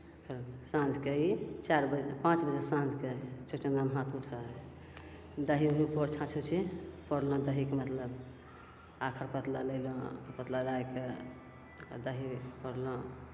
फेर साँझके ई चारि बजे पाँच बजे साँझके चौठचन्दामे हाथ उठै हइ दही उही पौरि छाँछी उँछी पौरलहुँ दहीके मतलब आखर पतीला लेलहुँ पतीला लैके आओर दही पौरलहुँ